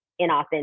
inauthentic